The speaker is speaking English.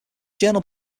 journal